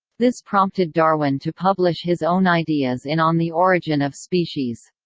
this prompted darwin to publish his own ideas in on the origin of species.